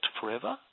forever